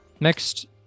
next